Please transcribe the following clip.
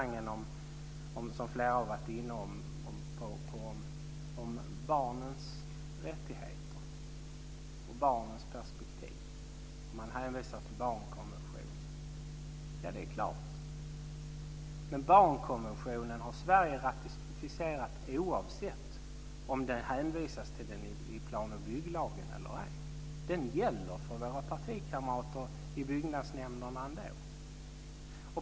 Flera har varit inne på barnens rättigheter och barnens perspektiv, och man hänvisar till barnkonventionen. Det är självklart. Barnkonventionen har Sverige ratificerat oavsett om det hänvisas till den i plan och bygglagen eller ej. Den gäller ändå för våra partikamrater i byggnadsnämnderna.